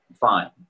Fine